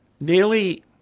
nearly